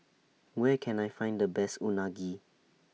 Where Can I Find The Best Unagi